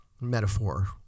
metaphor